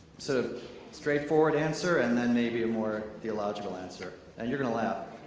sort of straightforward answer and then maybe a more theological answer. and you're gonna laugh.